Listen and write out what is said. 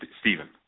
Stephen